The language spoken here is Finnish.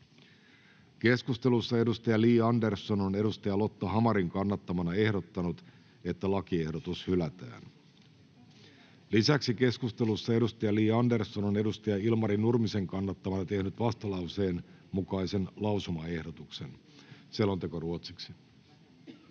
Keskustelussa Li Andersson on Lotta Hamarin kannattamana ehdottanut, että lakiehdotus hylätään. Lisäksi keskustelussa on Li Andersson Ilmari Nurmisen kannattamana tehnyt vastalauseen mukaisen lausumaehdotuksen. [Speech 9]